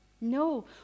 no